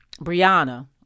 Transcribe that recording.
Brianna